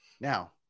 Now